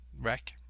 Wreck